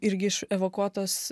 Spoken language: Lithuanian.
irgi iš evakuotos